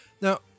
Now